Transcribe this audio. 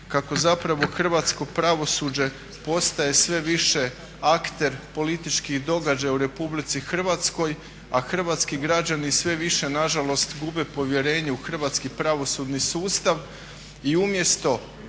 kako zapravo hrvatsko pravosuđe postaje sve više akter političkih događaja u RH, a hrvatski građani sve više na žalost gube povjerenje u hrvatski pravosudni sustav. I umjesto